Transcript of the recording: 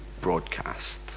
broadcast